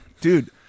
Dude